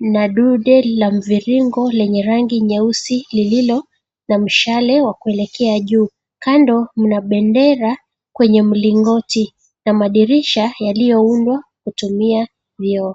na dude la mviringo lenye rangi nyeusi lililo na mshale wa kuelekea juu. Kando mna bendera kwenye mlingoti na madirisha yaliyoundwa kutumia vioo.